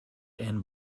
and